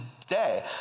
today